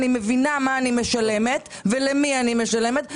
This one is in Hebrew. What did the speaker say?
אני מבינה מה אני משלמת ולמי אני משלמת.